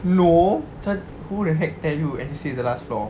no just who the heck tell you N_T_U_C is the last floor